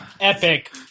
Epic